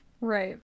Right